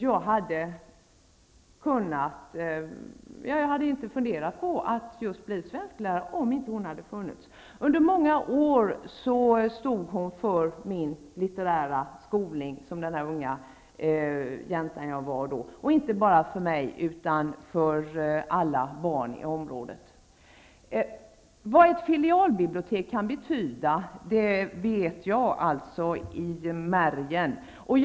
Jag hade nog inte blivit svensklärare om inte denna bibliotekarie, som under många år stod för min litterära skolning, hade funnits. Jag var bara en liten jänta då, när hon visade på böckernas värld, inte bara för mig utan för alla barn i området. Jag vet alltså i märgen vad ett filialbibliotek kan betyda.